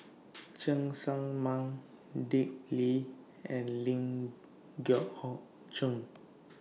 Cheng Tsang Man Dick Lee and Ling Geok Choon